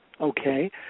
Okay